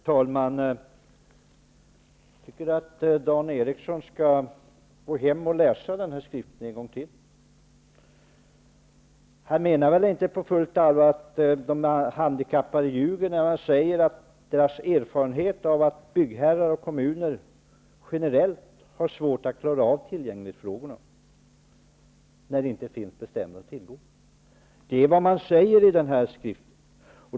Herr talman! Jag tycker att Dan Eriksson skall läsa den här skriften en gång till. Han menar väl inte på fullt allvar att de handikappade ljuger när de säger att de har erfarenhet av att byggherrar och kommuner generellt har svårt att klara av tillgänglighetsfrågorna när det inte finns bestämmelser att tillgå. Det är det man säger i den här skriften.